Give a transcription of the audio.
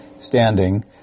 standing